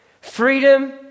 Freedom